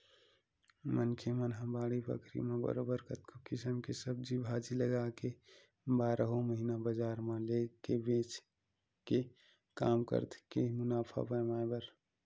मनखे मन ह बाड़ी बखरी म बरोबर कतको किसम के सब्जी भाजी लगाके बारहो महिना बजार म लेग के बेंचे के काम करथे मुनाफा कमाए बर